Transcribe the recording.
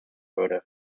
würde